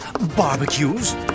barbecues